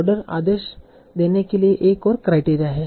order आदेश देने के लिए एक और क्राइटेरिया है